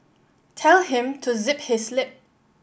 tell him to zip his lip